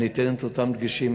אני אתן את אותם דגשים,